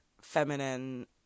feminine